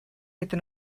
gyda